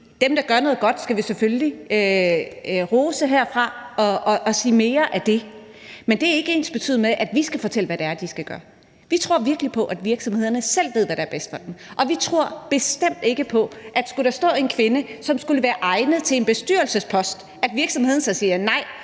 dem, der gør noget godt, herfra og sige: Mere af det. Men det er ikke ensbetydende med, at vi skal fortælle, hvad det er, de skal gøre. Vi tror virkelig på, at virksomhederne selv ved, hvad der er bedst for dem, og vi tror bestemt ikke på, at skulle der stå en kvinde, som skulle være egnet til en bestyrelsespost, skulle virksomheden sige: Nej,